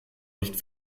nicht